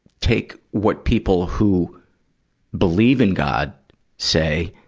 take what people who believe in god say